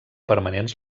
permanents